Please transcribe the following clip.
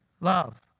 love